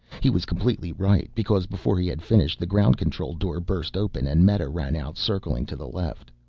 he was completely right because before he had finished the ground-control door burst open and meta ran out, circling to the left.